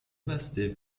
بسته